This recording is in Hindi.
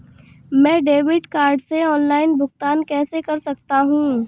मैं डेबिट कार्ड से ऑनलाइन भुगतान कैसे कर सकता हूँ?